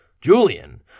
Julian